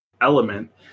element